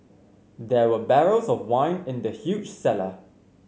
there were barrels of wine in the huge cellar